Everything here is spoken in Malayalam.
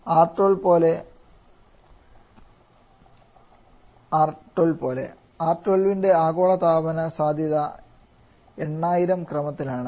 R 12 പോലെR 12 ന്റെ ആഗോളതാപന സാധ്യത 8000 ക്രമത്തിലാണ്